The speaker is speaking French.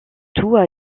tout